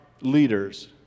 leaders